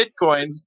Bitcoins